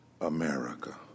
America